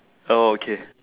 oh okay